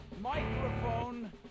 microphone